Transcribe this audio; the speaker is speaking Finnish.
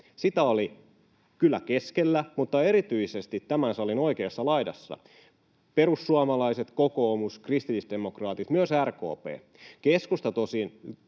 Sitä oli kyllä keskellä mutta erityisesti tämän salin oikeassa laidassa: perussuomalaiset, kokoomus, kristillisdemokraatit, myös RKP. Keskusta tosin